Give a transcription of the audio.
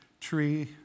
tree